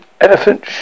Elephant